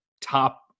top